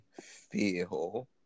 feel